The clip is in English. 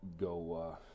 go